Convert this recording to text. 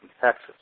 Texas